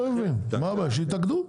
שיתאגדו.